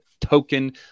token